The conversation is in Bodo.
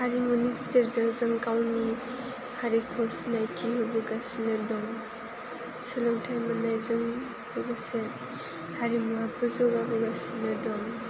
हारिमुनि गेजेरजों जों गावनि हारिखौ सिनायथि होबोगासिनो दं सोलोंथाय मोननायजों लोगोसे हारिमुआबो जौगाबोगासिनो दं